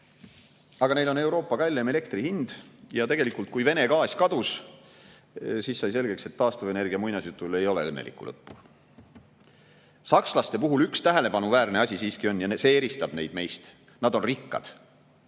Aga neil on Euroopa kalleim elektri hind ja kui Vene gaas kadus, sai selgeks, et taastuvenergia muinasjutul ei ole õnnelikku lõppu. Sakslaste puhul üks tähelepanuväärne asi siiski on ja see eristab neid meist: nad on rikkad.